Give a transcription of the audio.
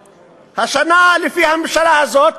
השנה, לפי הממשלה הזאת,